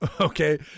Okay